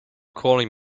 calling